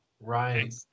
Right